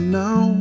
now